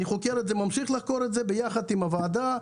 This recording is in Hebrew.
אני ממשיך לחקור את זה ביחד עם הוועדה,